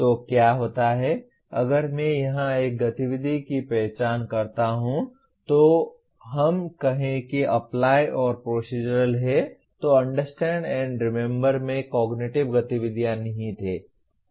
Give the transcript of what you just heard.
तो क्या होता है अगर मैं यहां एक गतिविधि की पहचान करता हूं तो हम कहें कि अप्लाई और प्रोसीज़रल हैं तो अंडरस्टैंड एंड रिमेम्बर में कॉग्निटिव गतिविधियां निहित हैं